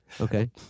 Okay